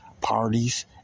parties